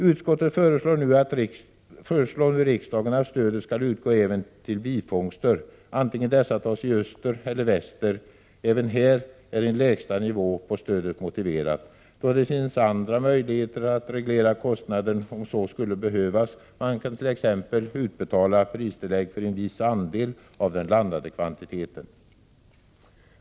Utskottet föreslår nu riksdagen att stödet skall utgå även till bifångster, oavsett om dessa tas i öster eller i väster. Även här är en lägsta nivå på stödet motiverad, då det finns andra möjligheter att reglera kostnaderna, om så skulle behövas. Man kan t.ex. utbetala pristillägg för en viss andel av den landade kvantiteten.